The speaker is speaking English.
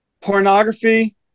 pornography